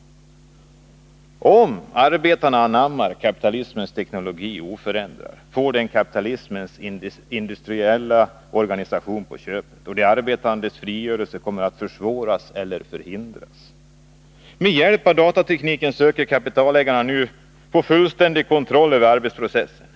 Om arbetarna anammar kapitalismens teknologi oförändrad, får de kapitalismens industriella organisation på köpet, och de arbetandes frigörelse kommer att försvåras eller förhindras. Med hjälp av datatekniken söker kapitalägarna nu få fullständig kontroll över arbetsprocessen.